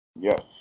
Yes